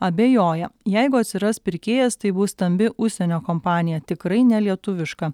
abejoja jeigu atsiras pirkėjas tai bus stambi užsienio kompanija tikrai nelietuviška